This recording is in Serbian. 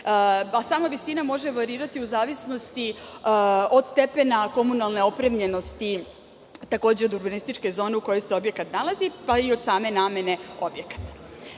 Sama visina može varirati u zavisnosti od stepena komunalne opremljenosti, od urbanističke zone u kojoj se objekat nalazi, pa i od same namene